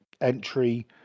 entry